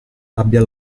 abbia